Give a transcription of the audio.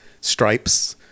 Stripes